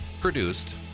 produced